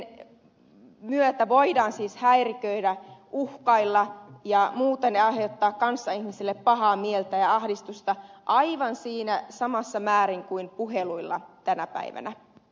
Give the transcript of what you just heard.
tekstiviestien myötä voidaan siis häiriköidä uhkailla ja muuten aiheuttaa kanssaihmisille pahaa mieltä ja ahdistusta aivan samassa määrin kuin puheluilla tänä päivänä